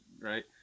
Right